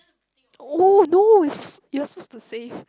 oh no it's you are supposed to say